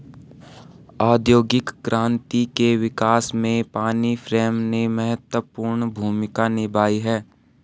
औद्योगिक क्रांति के विकास में पानी फ्रेम ने महत्वपूर्ण भूमिका निभाई है